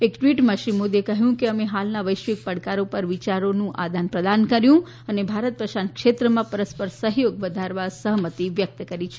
એક ટવીટમાં શ્રી મોદીએ કહયું કે અમે હાલના વૈશ્વિક પડકારો પર વિચારોનું આદાન પ્રદાન કર્યુ અને ભારત પ્રશાંત ક્ષેત્રમાં પરસ્પર સહયોગ વધારવા સહમતિ વ્યકત કરી છે